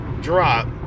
drop